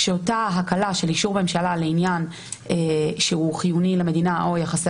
שאותה הקלה של אישור ממשלה לעניין שהוא חיוני למדינה או יחסי